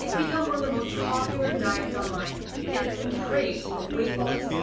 it's become one of the most popular diets online and it's been praised for weight loss,